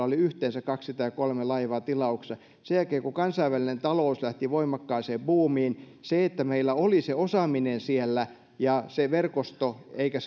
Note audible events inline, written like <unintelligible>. <unintelligible> oli yhteensä kaksi tai kolme laivaa tilauksessa sen jälkeen kun kansainvälinen talous lähti voimakkaaseen buumiin se että meillä oli se osaaminen ja se verkosto eivätkä <unintelligible>